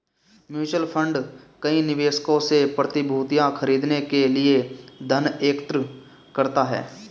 mutual fund कई निवेशकों से प्रतिभूतियां खरीदने के लिए धन एकत्र करता है